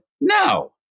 no